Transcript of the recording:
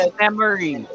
memory